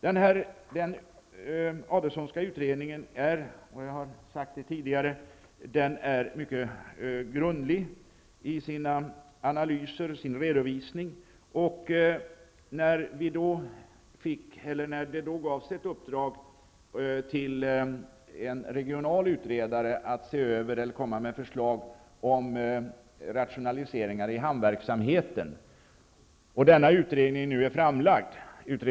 Den Adelsohnska utredningen är mycket grundlig i sina analyser och sin redovisning. Ett uppdrag gavs senare till en regional utredare, Lars Larsson, ordförande i Vänerns Seglationsstyrelse, att komma med förslag till rationaliseringar i hamnverksamheten.